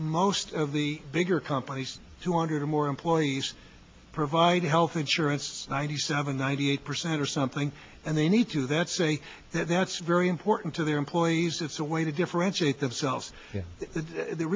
most of the bigger companies two hundred or more employees provide health insurance ninety seven ninety eight percent or something and they need to that say that that's very important to their employees it's a way to differentiate themselves